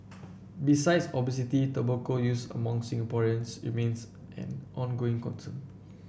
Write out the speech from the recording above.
besides obesity tobacco use among Singaporeans remains an ongoing concern